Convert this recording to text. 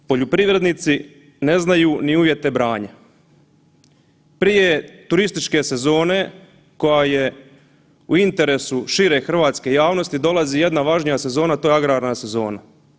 Poljoprivrednici ne znaju ni uvjete branja, prije turističke sezone koja je u interesu šire hrvatske javnosti dolazi jedna važnija sezona, to je agrarna sezona.